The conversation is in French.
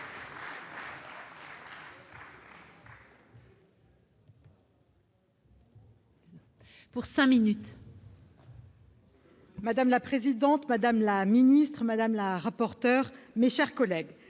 Madame la présidente, madame la ministre, madame la rapporteur, mes chers collègues,